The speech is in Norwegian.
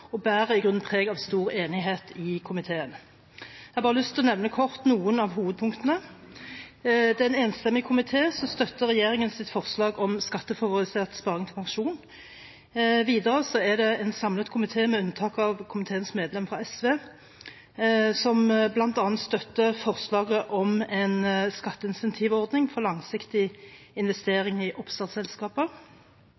og bærer i grunnen preg av stor enighet i komiteen. Jeg har bare lyst til kort å nevne noen av hovedpunktene. Det er en enstemmig komité som støtter regjeringens forslag om skattefavorisert sparing til pensjon. Videre er det en samlet komité, med unntak av komiteens medlem fra SV, som bl.a. støtter forslaget om en skatteincentivordning for langsiktig